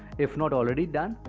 if not already done,